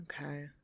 Okay